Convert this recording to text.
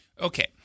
Okay